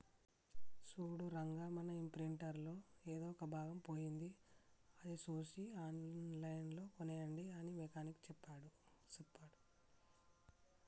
సూడు రంగా మన ఇంప్రింటర్ లో ఎదో ఒక భాగం పోయింది అది సూసి ఆన్లైన్ లో కోనేయండి అని మెకానిక్ సెప్పాడు